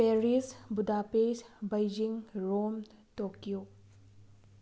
Paris Budapest Beijing Rome Tokyo